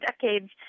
decades